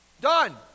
Done